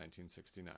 1969